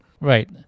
Right